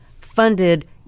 funded